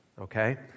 okay